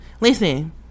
Listen